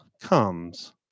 comes